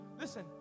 listen